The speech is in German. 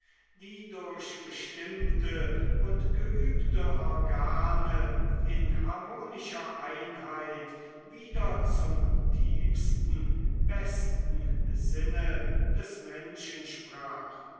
die durch bestimmte und geübte organe in harmonischer einheit wieder zum tiefsten besten sinne des menschen sprach